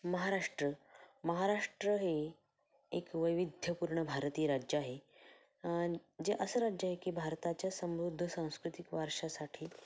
महाराष्ट्र महाराष्ट्र हे एक वैविध्यपूर्ण भारतीय राज्य आहे जे असं राज्य आहे की भारताच्या समृद्ध सांस्कृतिक वारशासाठी